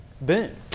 Boom